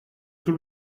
tout